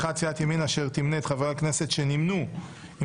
1. סיעת ימינה תמנה את חברי הכנסת שנמנו עם